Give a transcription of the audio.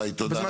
יוראי, תודה.